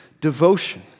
devotion